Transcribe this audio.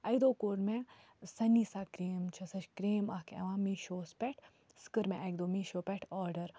اَکہِ دۄہ کوٚر مےٚ سنیٖسا کریم چھےٚ سۄ چھِ کریم اَکھ یِوان میٖشووَس پٮ۪ٹھ سُہ کٔر مےٚ اَکہِ دۄہ میٖشو پٮ۪ٹھ آرڈَر